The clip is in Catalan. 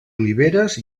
oliveres